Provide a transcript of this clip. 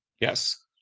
Yes